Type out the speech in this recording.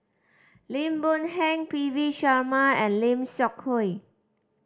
Lim Boon Heng P V Sharma and Lim Seok Hui